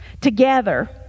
Together